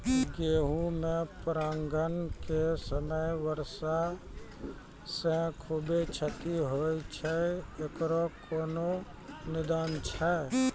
गेहूँ मे परागण के समय वर्षा से खुबे क्षति होय छैय इकरो कोनो निदान छै?